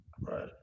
Right